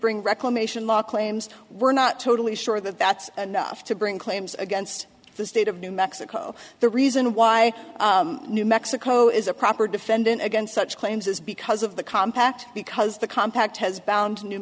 bring reclamation law claims we're not totally sure that that's enough to bring claims against the state of new mexico the reason why new mexico is a proper defendant against such claims is because of the compact because the compact has bound new